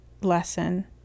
lesson